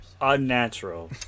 unnatural